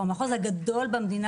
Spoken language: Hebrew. הוא המחוז הגדול במדינה,